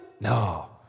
No